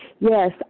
yes